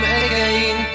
again